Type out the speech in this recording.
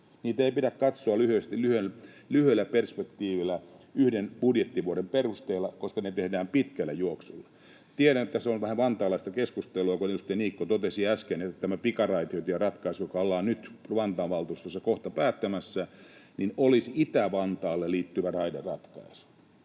Niitä ei pidä katsoa lyhyellä perspektiivillä yhden budjettivuoden perusteella, koska ne tehdään pitkällä juoksulla. Tiedän, että tämä on vähän vantaalaista keskustelua: Edustaja Niikko totesi äsken, että tämä pikaraitiotieratkaisu, joka ollaan nyt Vantaan valtuustossa kohta päättämässä, olisi Itä-Vantaaseen liittyvä raideratkaisu.